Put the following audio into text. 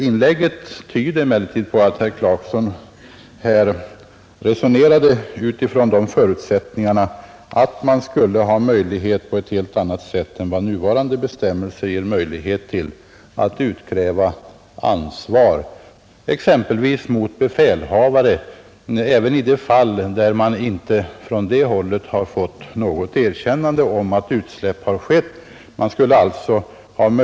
Inlägget tyder emellertid på att herr Clarkson resonerade utifrån den förutsättningen att man på ett helt annat sätt än vad nuvarande bestämmelser medger skulle kunna utkräva ansvar, exempelvis av befälhavare, även i de fall där man inte från det hållet har fått något erkännande om att utsläpp har skett.